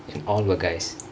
and all were guys